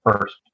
first